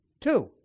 two